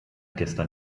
gestern